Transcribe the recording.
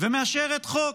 ומאשרת חוק.